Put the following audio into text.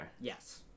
Yes